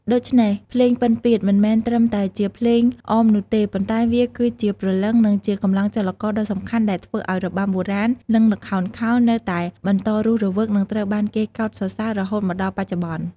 ដូច្នេះ ភ្លេងពិណពាទ្យមិនមែនត្រឹមតែជាភ្លេងអមនោះទេ ប៉ុន្តែវាគឺជាព្រលឹង និងជាកម្លាំងចលករដ៏សំខាន់ដែលធ្វើឱ្យរបាំបុរាណ និងល្ខោនខោលនៅតែបន្តរស់រវើក និងត្រូវបានគេកោតសរសើររហូតមកដល់បច្ចុប្បន្ន។